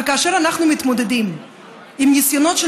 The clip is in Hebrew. וכאשר אנחנו מתמודדים עם ניסיונות של